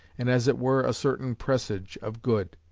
and as it were a certain presage of good.